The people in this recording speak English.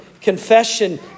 confession